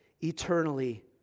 eternally